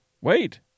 Wait